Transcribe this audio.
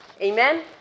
Amen